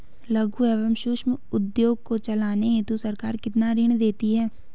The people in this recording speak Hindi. लघु एवं सूक्ष्म उद्योग को चलाने हेतु सरकार कितना ऋण देती है?